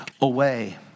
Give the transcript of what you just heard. away